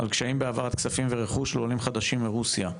על קשיים בהעברת כספים ורכוש לעולים חדשים מרוסיה.